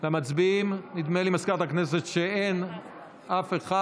נדמה לי, מזכירת הכנסת, שאין אף אחד.